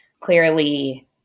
Clearly